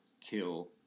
kill